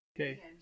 Okay